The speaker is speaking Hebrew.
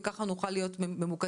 וככה נוכל להיות ממוקדים.